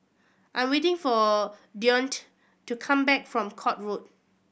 I am waiting for Deonte to come back from Court Road